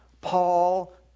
Paul